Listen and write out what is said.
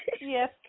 Yes